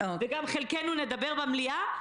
וגם חלקנו נדבר במליאה,